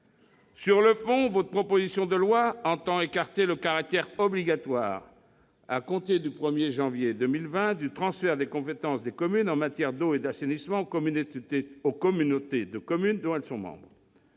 Sur le fond, votre proposition de loi tend à écarter le caractère obligatoire, à compter du 1 janvier 2020, du transfert des compétences des communes en matière d'eau et d'assainissement aux communautés de communes dont elles sont membres.